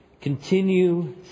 Continue